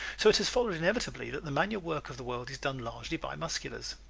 so it has followed inevitably that the manual work of the world is done largely by musculars.